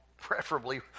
preferably